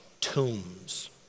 tombs